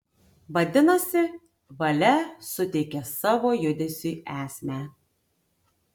vadinasi valia suteikia savo judesiui esmę